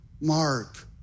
Mark